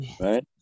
right